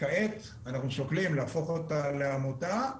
כעת אנחנו שוקלים להפוך אותה לעמותה,